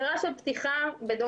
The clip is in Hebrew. העבירה של פתיחה בניגוד לאיסור,